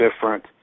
different